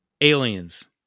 Aliens